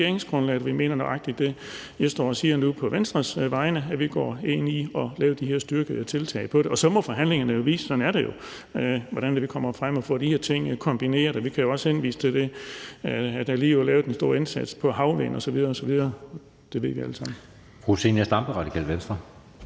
vi mener nøjagtig det, jeg står og siger nu på Venstres vegne, nemlig at vi går ind i at lave de her styrkede tiltag, og så er det jo sådan, at forhandlingerne må vise, hvordan vi lige kommer frem til at få de her ting kombineret. Vi kan vi jo også henvise til, at der lige er lavet en stor indsats på havvind osv. osv. Det ved vi alle sammen.